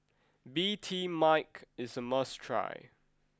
Bee Tai Mak is a must try